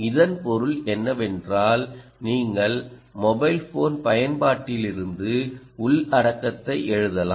இதன் பொருள் என்னவென்றால் நீங்கள் மொபைல் ஃபோன் பயன்பாட்டிலிருந்து உள்ளடக்கத்தை எழுதலாம்